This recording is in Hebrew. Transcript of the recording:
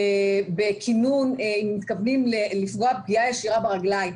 בכינון אם מתכוונים לפגוע פגיעה ישירה ברגליים.